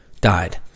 died